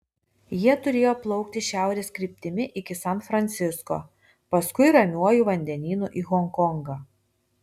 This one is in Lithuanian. jie turėjo plaukti šiaurės kryptimi iki san francisko paskui ramiuoju vandenynu į honkongą